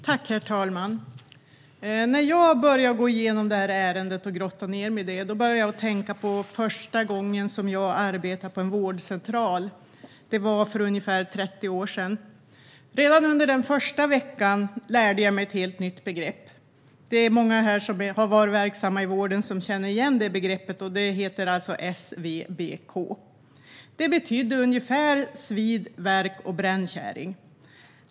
Herr talman! När jag började gå igenom det här ärendet och grottade ned mig i det kom jag att tänka på den första gången som jag arbetade på en vårdcentral. Det var för ungefär 30 år sedan. Redan under den första veckan lärde jag mig ett helt nytt begrepp. Det är många här som har varit verksamma i vården som känner igen det begreppet, och det är SVBK. Det betydde ungefär svid, värk och brännkärring.